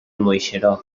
moixeró